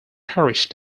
parish